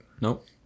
Nope